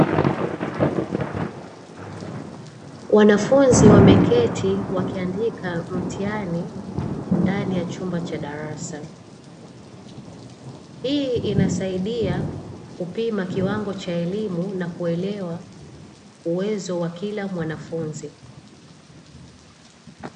Wanafunzi wameketi wakiandika mtihani ndani ya chumba cha darasa, hii inasaidia kupima kiwango cha elimu na kuelewa uwezo wa kila mwanafunzi.